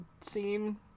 scene